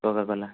Coca Cola